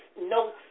no